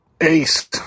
Ace